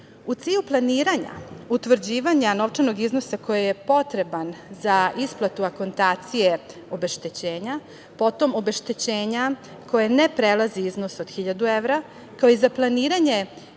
cilju planiranja, utvrđivanja novčanog iznosa koji je potreban za isplatu akontacije obeštećenja, potom obeštećenja koje ne prelazi iznos od 1.000 evra, kao i za planiranje